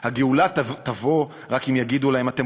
/ הגאולה תבוא רק אם יגידו להם: 'אתם